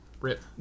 rip